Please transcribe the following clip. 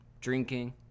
drinking